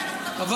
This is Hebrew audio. פה.